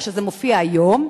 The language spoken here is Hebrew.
איך זה מופיע היום,